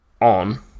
on